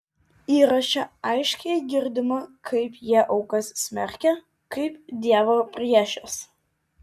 įraše aiškiai girdima kaip jie aukas smerkia kaip dievo priešes